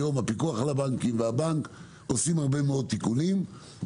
היום הפיקוח על הבנקים והבנק עושים הרבה מאוד תיקונים.